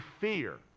fear